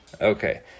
Okay